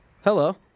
Hello